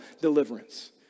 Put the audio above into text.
deliverance